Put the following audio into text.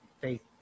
faith